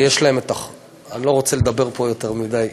אני לא רוצה לדבר פה יותר מדי.